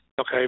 Okay